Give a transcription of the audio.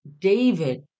David